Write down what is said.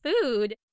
food